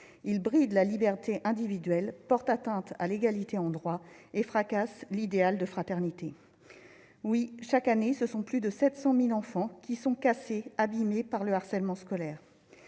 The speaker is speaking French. Il bride la liberté individuelle, porte atteinte à l'égalité en droits et fracasse l'idéal de fraternité. » Oui, chaque année, plus de 700 000 enfants sont cassés, abîmés par le harcèlement scolaire.